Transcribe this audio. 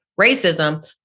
racism